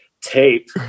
tape